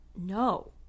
no